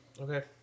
Okay